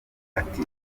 ati